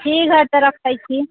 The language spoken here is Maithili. ठीक है तऽ रखैत छी